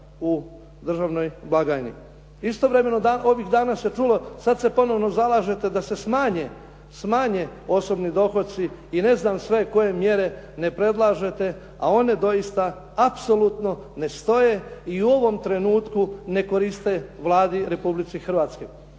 u državnoj blagajni. Istovremeno, ovih danas se čulo, sada se ponovno zalažete da se smanje osobni dohoci i ne znam sve koje mjere ne predlažete, a one doista apsolutno ne stoje i u ovom trenutku ne koriste Vladi Republike Hrvatske.